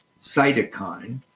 cytokine